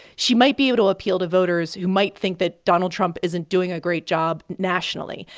she might be able to appeal to voters who might think that donald trump isn't doing a great job nationally.